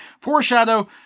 Foreshadow